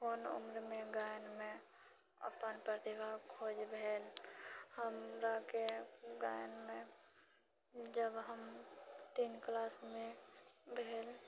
कोन उम्रमे गायनमे अपन प्रतिभाके खोज भेल हमराके गायनमे जब हम तीन क्लासमे भेल